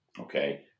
Okay